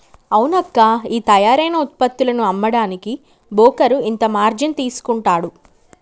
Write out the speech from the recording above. అవునక్కా ఈ తయారైన ఉత్పత్తులను అమ్మడానికి బోకరు ఇంత మార్జిన్ తీసుకుంటాడు